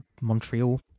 Montreal